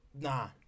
Nah